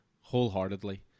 wholeheartedly